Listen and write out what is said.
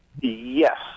Yes